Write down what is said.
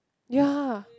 ya